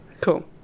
Cool